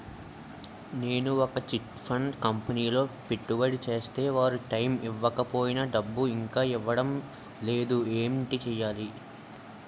నేను ఒక chit fund కంపెనీలో పెట్టుబడి చేస్తే వారు టైమ్ ఇవ్వకపోయినా డబ్బు ఇంకా ఇవ్వడం లేదు ఏంటి చేయాలి?